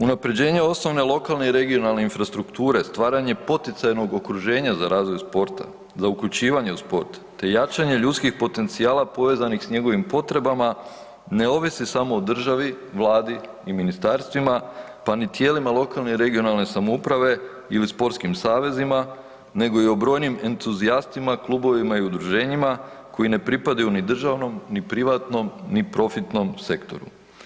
Unapređenje osnovne lokalne i regionalne infrastrukture, stvaranje poticajnog okruženja za razvoj sporta, za uključivanje u sport te jačanje ljudskih potencijala povezanih s njegovim potrebama ne ovisi samo o državi, Vladi i ministarstvima pa ni tijelima lokalne i regionalne samouprave ili sportskim savezima nego i o brojim entuzijastima klubovima i udruženjima koji ne pripadaju ni državnom, ni privatnom, ni profitnom sektoru.